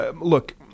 look